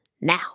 now